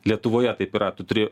lietuvoje taip yra tu turi